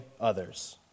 others